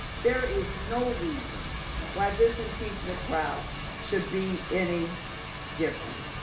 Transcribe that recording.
there is no reason why this impeachment trial should be any different.